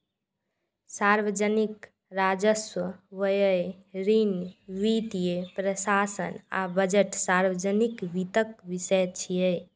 सार्वजनिक राजस्व, व्यय, ऋण, वित्तीय प्रशासन आ बजट सार्वजनिक वित्तक विषय छियै